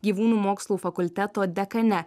gyvūnų mokslų fakulteto dekane